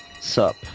Sup